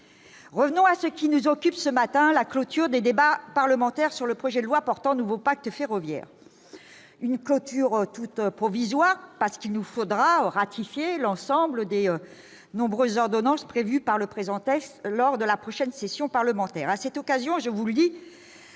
revenons-en à ce qui nous occupe ce matin : la clôture des débats parlementaires sur le projet de loi pour un nouveau pacte ferroviaire. Cette clôture est toute provisoire, puisqu'il nous faudra ratifier l'ensemble des nombreuses ordonnances prévues par le présent texte lors de la prochaine session parlementaire. À cette occasion, je vous le dis,